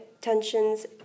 tensions